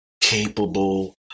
capable